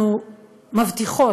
אנחנו מבטיחות,